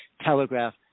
telegraph